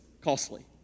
costly